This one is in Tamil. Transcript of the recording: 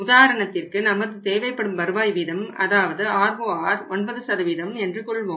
உதாரணத்திற்கு நமது தேவைப்படும் வருவாய் வீதம் அதாவது ROR 9 என்று கொள்வோம்